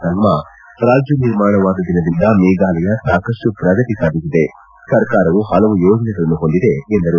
ಸಂಗ್ನಾ ರಾಜ್ಯ ನಿರ್ಮಾಣವಾದ ದಿನದಿಂದ ಮೇಘಾಲಯ ಸಾಕಷ್ಟು ಪ್ರಗತಿ ಸಾಧಿಸಿದೆ ಸರ್ಕಾರವು ಹಲವಾರು ಯೋಜನೆಗಳನ್ನು ಹೊಂದಿದೆ ಎಂದರು